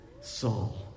Saul